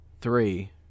Three